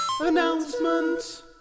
Announcement